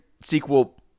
sequel